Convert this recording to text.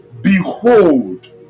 Behold